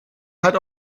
hat